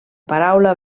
paraula